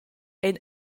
ein